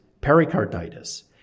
pericarditis